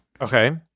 Okay